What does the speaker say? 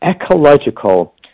ecological